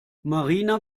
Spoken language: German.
marina